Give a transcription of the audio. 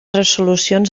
resolucions